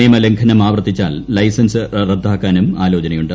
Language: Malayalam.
നിയമലംഘനം ആ്വർത്തിച്ചാൽ ലൈസൻസ് റദ്ദാക്കാനും ആലോചനയുണ്ട്